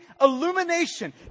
illumination